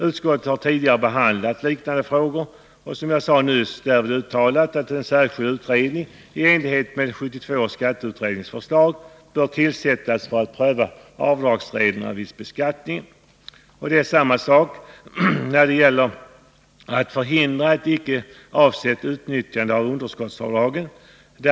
Utskottet har tidigare behandlat dessa frågor och, som jag nyss sade, därvid uttalat att en särskild utredning i enlighet med 1972 års skatteutrednings förslag bör tillsättas för att pröva avdragsreglerna vid beskattningen. Det är samma sak när det gäller att förhindra ett icke avsett utnyttjande av underskottsavdragen.